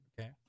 Okay